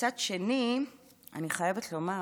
מצד שני, אני חייבת לומר